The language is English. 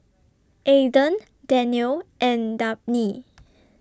Ayden Danniel and Dabney